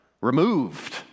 removed